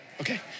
Okay